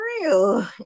real